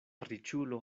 riĉulo